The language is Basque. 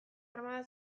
armada